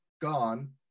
gone